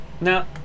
Now